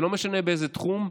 ולא משנה באיזה תחום,